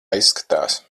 izskatās